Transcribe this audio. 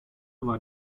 war